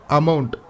amount